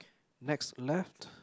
next left